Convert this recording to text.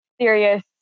serious